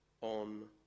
on